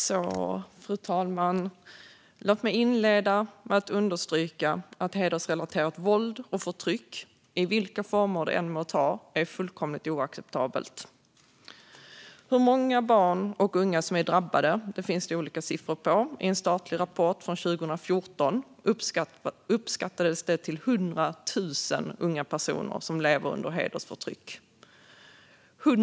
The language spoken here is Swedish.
Fru talman! Låt mig inleda med att understryka att hedersrelaterat våld och förtryck, i vilka former det än må förekomma, är fullkomligt oacceptabelt. Hur många barn och unga som är drabbade finns det olika siffror på. I en statlig rapport från 2014 uppskattades 100 000 unga personer leva under hedersförtryck.